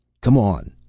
come on.